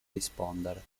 rispondere